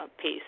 peace